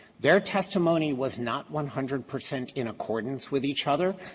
their testimony was not one hundred percent in accordance with each other.